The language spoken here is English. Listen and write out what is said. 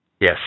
Yes